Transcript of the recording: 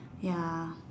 ya